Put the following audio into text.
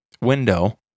window